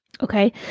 Okay